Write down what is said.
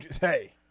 Hey